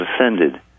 ascended